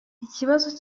ikibazo